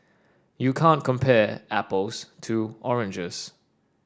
you can't compare apples to oranges